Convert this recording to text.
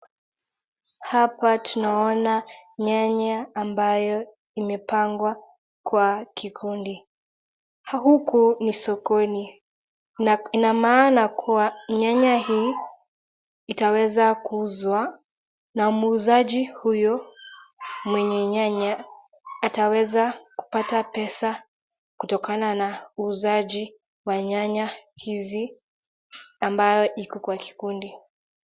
Hapa tunaona nyanya ambayo imepangwa kwa kikundi, huku ni sokoni na ina maana kuwa nyanya hii itaweza kuuzwa na muuzaji huyu mwenye nyanya ataweza kupata pesa kutokana na uuzaji wa nyanya hizi ambayo iko kwa kikundi.